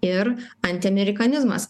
ir antiamerikanizmas